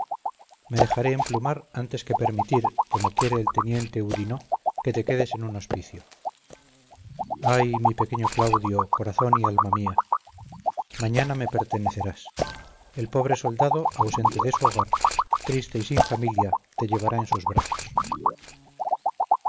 me dejaré emplumar antes que permitir como quiere el teniente houdinot que te quedes en un hospicio ay mi pequeño claudio corazón y alma mía mañana me pertenecerás el pobre soldado ausente de su hogar triste y sin familia te llevará en sus brazos